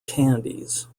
candies